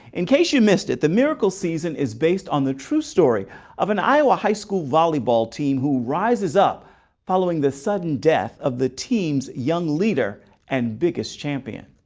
in case you missed it, the miracle season is based on the true story of an iowa high school volleyball team who rises up following the sudden death of the team's young leader and biggest champion.